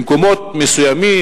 במקומות מסוימים,